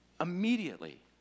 immediately